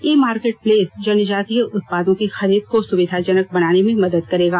इ marketplace जनजातीय उत्पादों की खरीद को सुविधाजनक बनाने में मदद करेगा